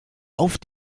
auf